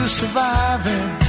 surviving